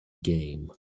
game